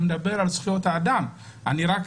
אני מדבר על זכויות אדם ושואל,